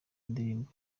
ndirimbo